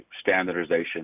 standardization